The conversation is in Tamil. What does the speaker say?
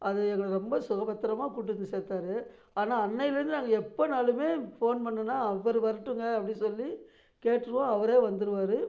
அது எங்களை ரொம்ப சுகபத்தரமாக கூட்டிட்டு வந்து சேத்தார் ஆனால் அன்னைலருந்து நாங்கள் எப்போனாலுமே ஃபோன் பண்ணுனா அவர் வரட்டுங்க அப்படினு சொல்லி கேட்டுருவோம் அவரே வந்துருவார்